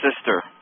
sister